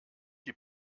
die